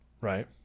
right